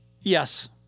Yes